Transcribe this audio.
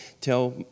tell